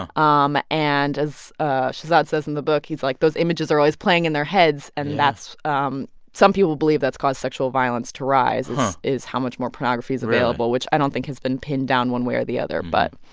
ah um and as ah shahzad says in the book, he's like, those images are always playing in their heads. and that's um some people believe that's caused sexual violence to rise, is how much more pornography is available. right. which i don't think has been pinned down one way or the other, but.